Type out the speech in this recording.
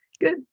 good